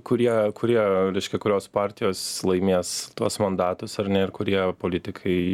kurie kurie reiškia kurios partijos laimės tuos mandatus ar ne ir kurie politikai